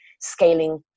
scaling